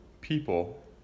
people